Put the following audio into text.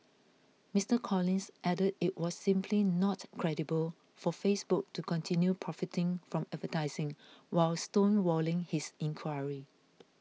Mister Collins added it was simply not credible for Facebook to continue profiting from advertising while stonewalling his inquiry